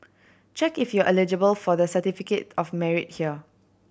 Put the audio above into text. check if you are eligible for the Certificate of Merit here